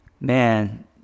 man